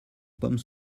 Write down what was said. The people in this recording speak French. pommes